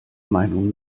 meinung